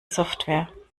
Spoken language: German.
software